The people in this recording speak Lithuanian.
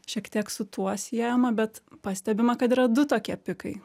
šiek tiek su tuo siejama bet pastebima kad yra du tokie pikai